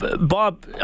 Bob